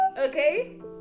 Okay